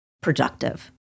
productive